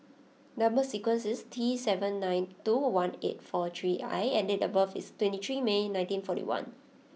number sequence is T seven nine two one eight four three I and date of birth is twenty three May nineteen forty one